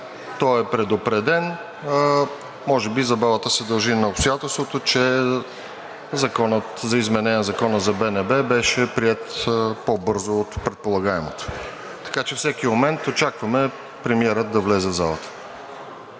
той е предупреден, може би забавата се дължи на обстоятелството, че Законът за БНБ беше приет по-бързо от предполагаемото. Всеки момент очакваме премиера да влезе в залата.